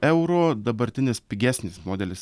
eurų dabartinis pigesnis modelis